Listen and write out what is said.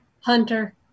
Hunter